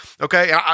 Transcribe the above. okay